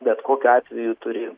bet kokiu atveju turi